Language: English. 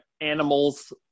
animals